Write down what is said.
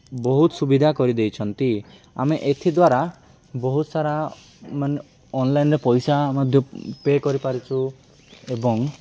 ବହୁତ ସୁବିଧା କରିଦେଇଛନ୍ତି ଆମେ ଏଥି ଦ୍ୱାରା ବହୁତ ସାରା ମାନେ ଅନ୍ଲାଇନ୍ରେ ପଇସା ମଧ୍ୟ ପେ' କରିପାରୁଛୁ ଏବଂ